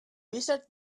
wizard